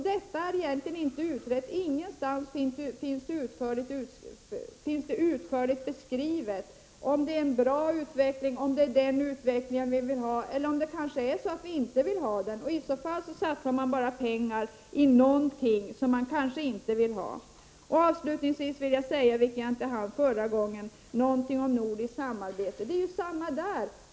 Detta är egentligen inte utrett. Ingenstans finns det utförligt beskrivet om det är en bra utveckling, om det är den utvecklingen vi vill ha eller om vi inte vill ha den. Kanske satsar man pengar i någonting som vi inte vill ha. Avslutningsvis vill jag säga, eftersom jag inte hann förra gången, någonting om nordiskt samarbete. Det är samma sak där.